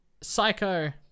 Psycho